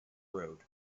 road